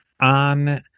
on